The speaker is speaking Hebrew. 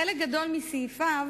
חלק גדול מסעיפיו,